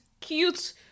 cute